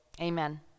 Amen